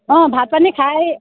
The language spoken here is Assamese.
অ' ভাত পানী খাই